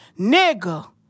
Nigga